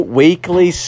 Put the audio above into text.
weekly